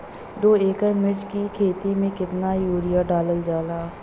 दो एकड़ मिर्च की खेती में कितना यूरिया डालल जाला?